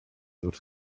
wrth